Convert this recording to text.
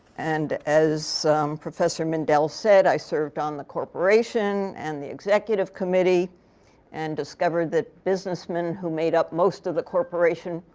and as professor mindell said, i served on the corporation and the executive committee and discovered that businessmen, who made up most of the corporation,